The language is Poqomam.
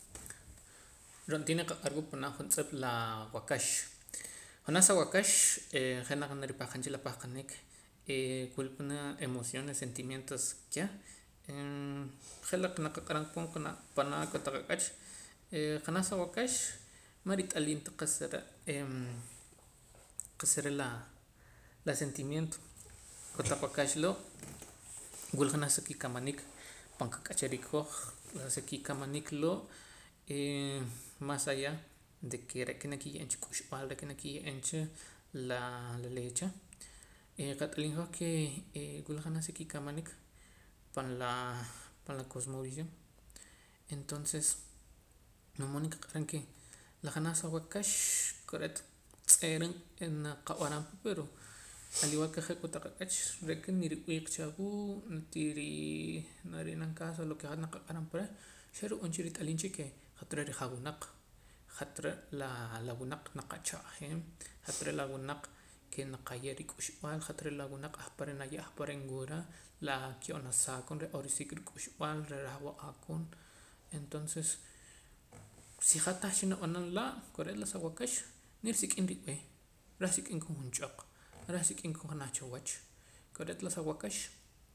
Ro'ntii naqaq'arwa pana' juntz'ep laa waakax janaj sa waakax ee je' naripahqaam cha la pahqanik wula panaa' emociones sentimientos keh je' la naqaq'aram koon panaa' la kotaq ak'ach ee janaj sa waakax marit'aliim ta qa'sa re' em qa'sa re' laa la sentimiento kotaq waakax loo' wula janaj si kikamaniik pan qak'achariik hoj la si kikamaniik loo' mas allá de ke re'ka nakiye'eem cha k'uxb'al de ke nakiye'em cha laa la leecha eh qat'aliim hoj ke eh wila janaj si kikamaniik pan la pan la cosmovisión entonces lo único ke nqaq'aram ke la janaj sa waakax kore'eet tz'ee'ra naqab'aram pa pero al igual ke je' kotaq ak'ach re'ka nriwiiq cha awuu' ntiri nara'nam caso a lo ke hat naqaq'aram reh xaru'uum cha rit'aliim cha ke re' hat re' rijawunaq hat re' laa la wunaq na qacha'jeem hat re' la wunaq ke naye' rik'uxb'aal hat re' la wunaq ahpare' naye' ahpare' nwura la ke oonasa koon reh orisik' ruk'uxb'al reh rah wa'a koon entonces si hat tahcha nab'anam laa kore'eet la sa waakax nirisik' rib'ee rah sik'im koon jonch'aq rah sik'im koon janaj cha wach kore'eet la sa waakax